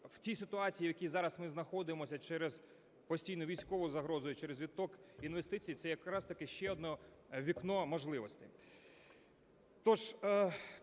в тій ситуації, якій зараз ми знаходимося через постійну військову загрозу і через відтік інвестицій, це якраз-таки ще одне вікно можливостей.